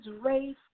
race